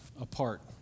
apart